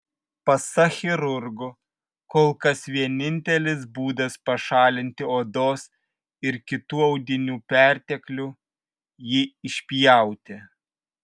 pasak chirurgų kol kas vienintelis būdas pašalinti odos ir kitų audinių perteklių jį išpjauti